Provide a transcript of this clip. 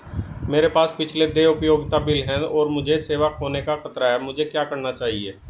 मेरे पास पिछले देय उपयोगिता बिल हैं और मुझे सेवा खोने का खतरा है मुझे क्या करना चाहिए?